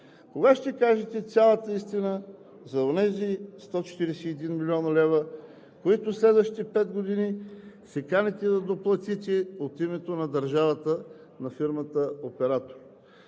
кога ще кажете цялата истина за онези 141 млн. лв., които в следващите пет години се каните да доплатите от името на държавата на фирмата оператор?